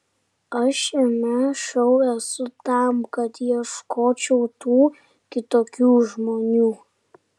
aš šiame šou esu tam kad ieškočiau tų kitokių žmonių